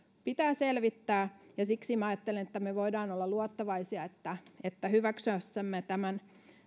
pitää selvittää ja siksi minä ajattelen että me voimme olla luottavaisia että että hyväksyessämme tämän